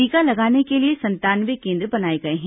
टीका लगाने के लिए संतानवे केन्द्र बनाए गए हैं